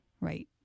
right